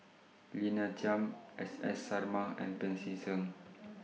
Lina Chiam S S Sarma and Pancy Seng